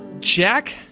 Jack